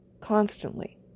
constantly